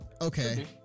Okay